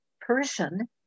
person